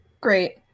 Great